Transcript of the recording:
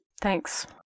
thanks